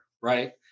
right